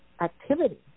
activity